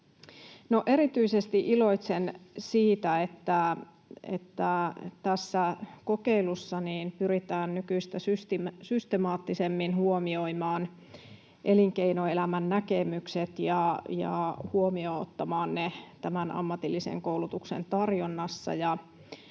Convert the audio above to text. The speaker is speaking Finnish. Erityisesti iloitsen siitä, että tässä kokeilussa pyritään nykyistä systemaattisemmin huomioimaan elinkeinoelämän näkemykset ja ottamaan ne huomioon tämän ammatillisen koulutuksen tarjonnassa,